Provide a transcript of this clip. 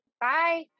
Bye